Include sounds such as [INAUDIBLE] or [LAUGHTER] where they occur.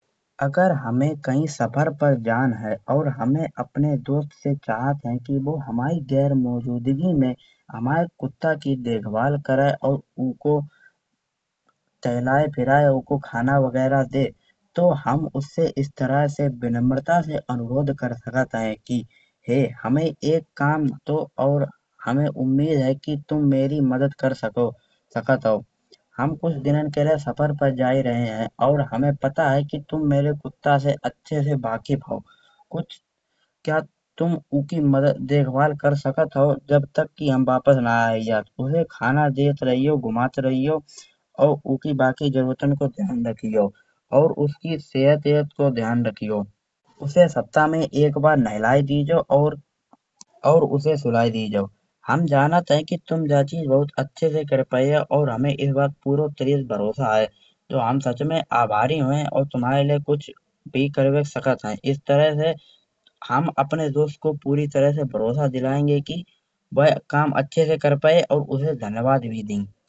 अगर हमें कही सफर पर जान है और हुमे अपने दोस्त से चाहत है। कि बो हुमाई गैरमौजूदगी में हुमाए कुत्ता की देखभाल करे और उन्हें टहलाए फिराए और उनको खाना पीना वगैरा दे। तो हम उसे इस तरह से विनम्रता से अनुरोध कर सकत हैं कि हे हमें एक काम हैतो और हमें उम्मीद है कि तुम मेरी मदद कर सकत हो। हम कुछ दिनन के लिए सफर पर जाए रहे हैं और हमें पता है। कि तुम मेरे कुत्ता से अच्छे से वाकिफ हो क्या तुम उनकी [HESITATION] देखभाल कर सकत हो। जब तक कि हम वापिस ना आएजाउत उसे खाना देते रहियो घुमाते रहियो और उसकी बाकी जरूरतों को ध्यान रखियो और उसकी सेहत को ध्यान रखियो। उसे सप्ताह में एक बार नहलाए दीजो और उसे सुलाए दीजो हम जानत हैं। कि तुम यह चीज़ बहुत अच्छे से कर पायो और इस बात पे पूरा [HESITATION] भरोसा है। तो हम सच में आभारी होयें और तुमाएलिए कुछ भी करवे को सकत हैं। इस तरह से हम अपने दोस्त को पूरी तरह से भरोसा दिलाएंगें कि वेह काम अच्छे से कर पाए और उसे धन्यवाद भी देंगे।